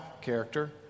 character